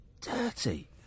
Dirty